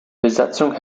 besatzung